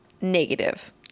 negative